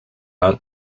not